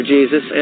Jesus